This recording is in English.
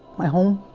my home